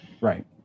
Right